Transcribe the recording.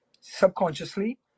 subconsciously